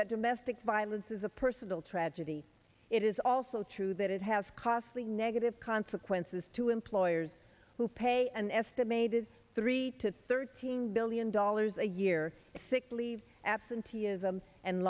that domestic violence is a personal tragedy it is also true that it has costly negative consequences to employers who pay an estimated three to thirteen billion dollars a year sick leave absenteeism and